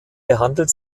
behandelt